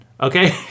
Okay